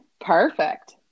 perfect